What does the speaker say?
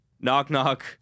Knock-knock